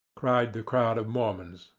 cried the crowd of mormons,